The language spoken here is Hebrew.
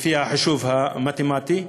לפי החישוב המתמטי,